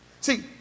See